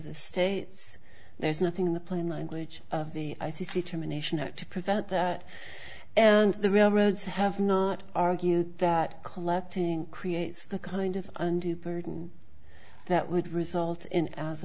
the states there's nothing in the plain language of the i c c termination to prevent that and the railroads have not argued that collecting creates the kind of undue burden that would result in as